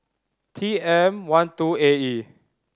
T M One two A E